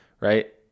right